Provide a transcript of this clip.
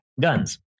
guns